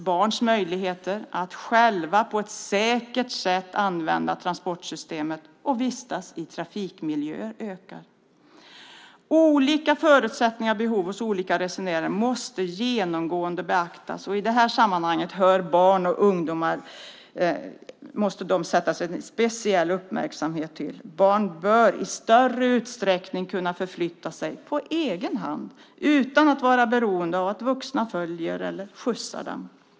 Barns möjligheter att själva på ett säkert sätt använda transportsystemet och vistas i trafikmiljöer ökar. Olika förutsättningar och behov hos olika resenärer måste genomgående beaktas. I detta sammanhang bör barn och ungdomar ges särskild uppmärksamhet. Barn bör i större utsträckning kunna förflytta sig på egen hand, utan att vara beroende av att vuxna följer eller skjutsar dem.